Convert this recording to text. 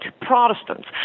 Protestants